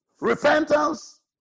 repentance